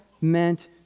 meant